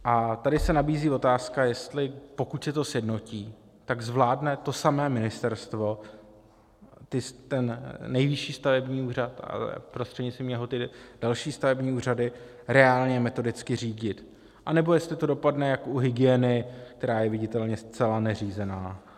A tady se nabízí otázka, jestli, pokud se to sjednotí, zvládne to samé ministerstvo, ten Nejvyšší stavební úřad, prostřednictvím něho tedy další stavební úřady reálně a metodicky řídit, anebo jestli to dopadne jako u hygieny, která je viditelně zcela neřízená.